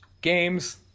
games